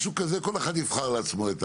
משהו כזה, כל אחד יבחר לעצמו.